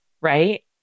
right